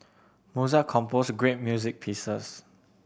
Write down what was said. Mozart composed great music pieces